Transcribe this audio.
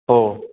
हो